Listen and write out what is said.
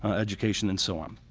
education and so on.